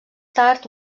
tard